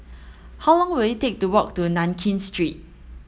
how long will it take to walk to Nankin Street